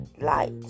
light